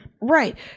Right